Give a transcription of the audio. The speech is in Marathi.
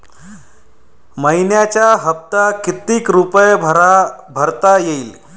मइन्याचा हप्ता कितीक रुपये भरता येईल?